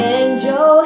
angel